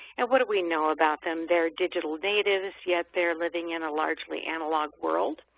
and what do we know about them? they're digital natives, yet they're living in a largely analogue world.